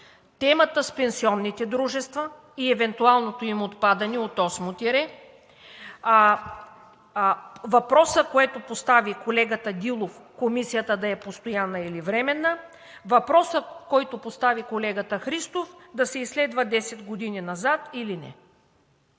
темата с пенсионните дружества и евентуалното им отпадане от осмо тире, въпросът, който постави колегата Дилов, Комисията да е постоянна или временна, въпросът, който постави колегата Христов, да се изследва 10 години назад или не.